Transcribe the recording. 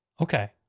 Okay